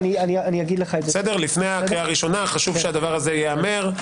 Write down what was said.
לפני הקריאה הראשונה חשוב שזה ייאמר.